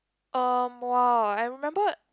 erm !wah! I remembered